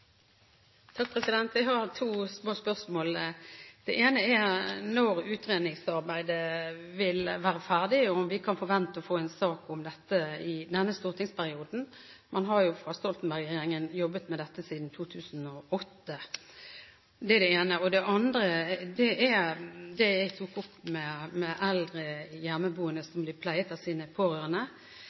Når vil utredningsarbeidet være ferdig, og kan vi forvente å få en sak om dette i denne stortingsperioden? Man har fra Stoltenberg-regjeringen jobbet med dette siden 2008. Det andre er det jeg tok opp angående eldre hjemmeboende som blir pleiet av sine pårørende.